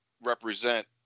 represent